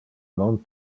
non